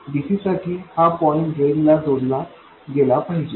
dc साठी हा point drain ला जोडला गेला पाहिजे